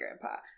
grandpa